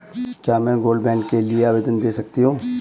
क्या मैं gold bond के लिए आवेदन दे सकती हूँ?